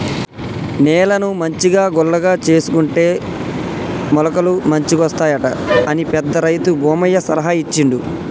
నేలను మంచిగా గుల్లగా చేసుకుంటే మొలకలు మంచిగొస్తాయట అని పెద్ద రైతు భూమయ్య సలహా ఇచ్చిండు